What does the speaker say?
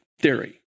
theory